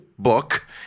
book